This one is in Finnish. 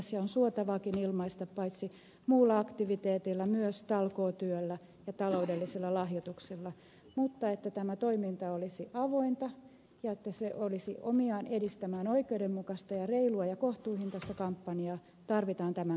se on suotavaakin ilmaista paitsi muulla aktiviteetillä myös talkootyöllä ja taloudellisilla lahjoituksilla mutta että tämä toiminta olisi avointa ja että se olisi omiaan edistämään oikeudenmukaista ja reilua ja kohtuuhintaista kampanjaa tarvitaan tämän kaltaista sääntelyä